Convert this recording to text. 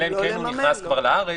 אלא אם כן הוא נכנס כבר לארץ,